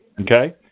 Okay